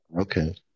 Okay